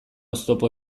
oztopo